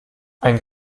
einen